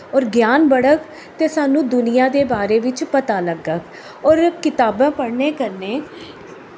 होर ज्ञान बढ़ग ते सानूं दुनियां दे बारे बिच्च पता लग्गग होर कताबां पढ़ने कन्नै